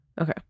Okay